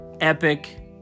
epic